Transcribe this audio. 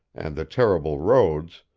and the terrible roads,